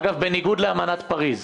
אגב, בניגוד לאמנת פריז.